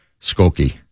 Skokie